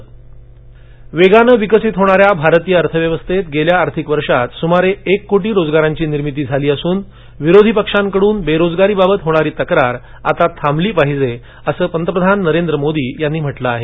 पंतप्रधानः वेगाने विकसित होणा या भारतीय अर्थव्यवस्थेत गेल्या आर्थिक वर्षात सुमारे एक कोटी रोजगारांची निर्मिती झाली असून विरोधी पक्षाकडून बेरोजगारी बाबत होणारी तक्रार आता थांबली पाहिजे असं पंतप्रधान नरेंद्र मोदी यांनी म्हटलं आहे